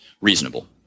reasonable